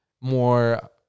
more